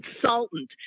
consultant